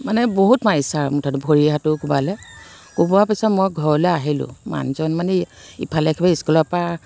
মানে বহুত মাৰিছে আৰু মুঠতে ভৰিয়ে হাতেও কোবালে কোবোৱা পিছত মই ঘৰলৈ আহিলোঁ মানুহজন মানে এই ইফালে সিফালে ইস্কুলৰ পৰা